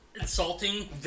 Insulting